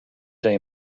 day